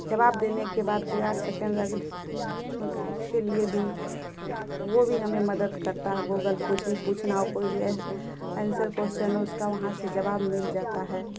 جواب دینے کے بعد کریاٹ سیکنڈ اس کے لیے بھی وہ بھی ہمیں مدد کرتا ہے گوگل کچھ بھی پوچھنا ہو کوئی بھی آنسر کویسچن ہو اس کا وہاں سے جواب مل جاتا ہے